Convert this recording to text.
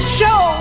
show